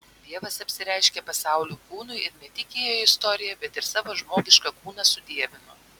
dievas apsireiškė pasauliui kūnu ir ne tik įėjo į istoriją bet ir savo žmogišką kūną sudievino